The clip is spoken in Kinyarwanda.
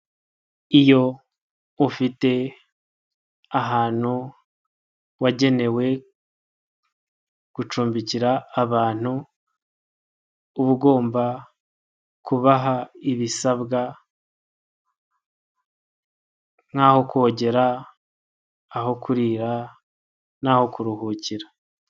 Iyo ufite ahantu wagenewe gucumbikira abantu, uba ugomba kubaha ibisabwa nk'aho kogera, aho kurira n'aho kuruhukira.